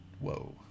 whoa